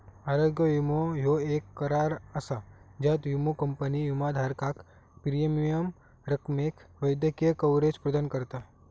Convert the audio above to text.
आरोग्य विमो ह्यो येक करार असा ज्यात विमो कंपनी विमाधारकाक प्रीमियम रकमेक वैद्यकीय कव्हरेज प्रदान करता